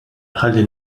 ħalli